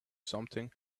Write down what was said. something